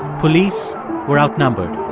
police were outnumbered.